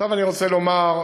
עכשיו אני רוצה לומר,